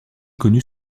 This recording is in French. connue